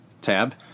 tab